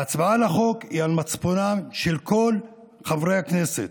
ההצבעה על החוק היא על מצפונם של כל חברי הכנסת.